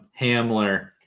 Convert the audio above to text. Hamler